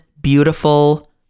beautiful